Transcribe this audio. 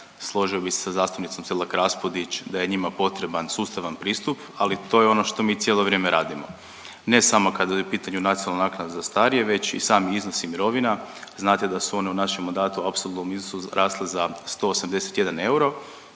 Složio bih se sa zastupnicom Selak Raspudić da je njima potreban sustava pristup, ali to je ono što mi cijelo vrijeme radimo. Ne samo kad je u pitanju nacionalna naknada za starije, već i sami iznos i mirovina. Znate da su one u našem mandatu u apsolutnom iznosu rasle za 181 euro,